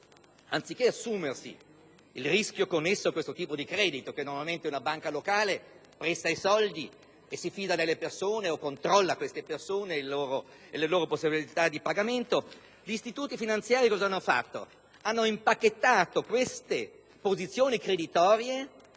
Anziché assumersi il rischio connesso a questo tipo di credito (normalmente una banca locale presta il denaro, si fida delle persone o controlla i propri clienti e loro possibilità di pagamento), gli istituti finanziari hanno impacchettato queste posizioni creditorie